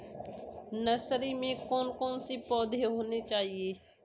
Nursery में कौन कौन से पौधे होने चाहिए?